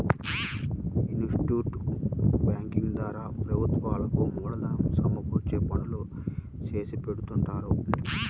investment banking ద్వారా ప్రభుత్వాలకు మూలధనం సమకూర్చే పనులు చేసిపెడుతుంటారు